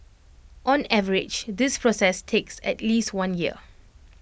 on average this process takes at least one year